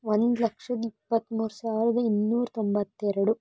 ಒಂದು ಲಕ್ಷದ ಇಪ್ಪತ್ಮೂರು ಸಾವಿರದ ಇನ್ನೂರ ತೊಂಬತ್ತೆರಡು